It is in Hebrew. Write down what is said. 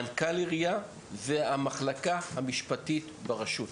מנכ"ל העירייה, והמחלקה המשפטית ברשות.